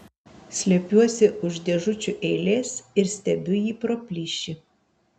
slepiuosi už dėžučių eilės ir stebiu jį pro plyšį